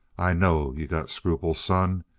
i know. you got scruples, son.